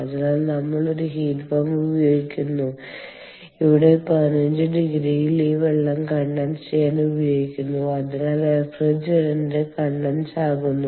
അതിനാൽ നമ്മൾ ഒരു ഹീറ്റ് പമ്പ് ഉപയോഗിക്കുന്നു അവിടെ 15 ഡിഗ്രിയിൽ ഈ വെള്ളം കണ്ടൻസ് ചെയ്യാൻ ഉപയോഗിക്കുന്നു അതിനാൽ റഫ്രിജറന്റിനെ കണ്ടൻസ് ആകുന്നു